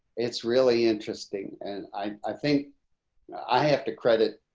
it's really interesting. and i think i have to credit.